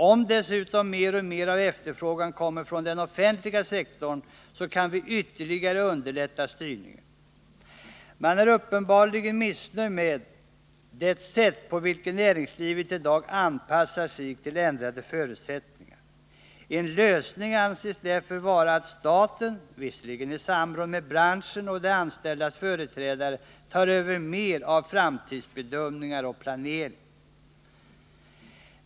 Om dessutom mer och mer av efterfrågan kommer från den offentliga sektorn så kan vi ytterligare underlätta styrningen. Man är uppenbarligen missnöjd med det sätt på vilket näringslivet i dag anpassar sig till ändrade förutsättningar. En lösning anses därför vara att staten, visserligen med samråd med branschens och de anställdas företrädare, tar över mer av framtidsbedömningar och planering.